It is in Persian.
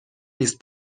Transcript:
نیست